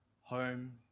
home